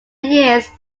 years